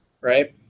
right